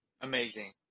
Amazing